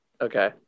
Okay